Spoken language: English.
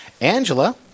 Angela